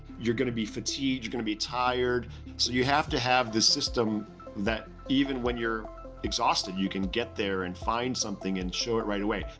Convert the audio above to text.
you're gonna be fatigued, you're gonna be tired. so you have to have this system that even when you're exhausted, you can get there and find something and show it right away.